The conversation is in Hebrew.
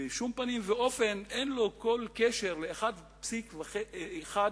ובשום פנים ואופן אין לזה כל קשר ל-1.5 מיליארד